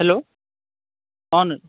hello অঁ দা